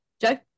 Joe